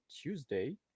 Tuesday